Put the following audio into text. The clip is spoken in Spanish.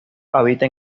habita